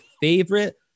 favorite